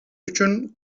үчүн